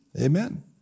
Amen